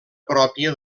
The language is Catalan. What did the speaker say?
pròpia